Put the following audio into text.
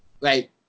right